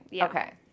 okay